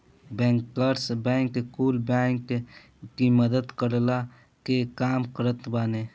bankers bank कुल बैंकन की मदद करला के काम करत बाने